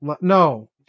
no